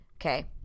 Okay